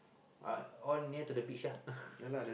uh all near to the beach ah